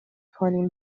کنیم